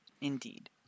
Indeed